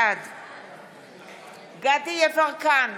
בעד דסטה גדי יברקן,